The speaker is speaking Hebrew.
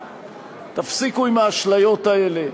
תפסיקו עם האשליות האלה.